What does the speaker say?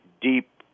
deep